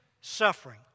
suffering